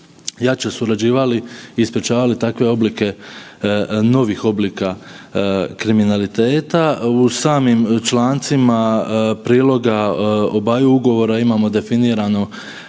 jače surađivali i sprječavali takve oblike novih oblika kriminaliteta. U samim člancima priloga obaju ugovora imamo definirano